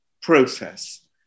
process